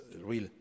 real